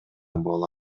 боло